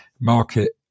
market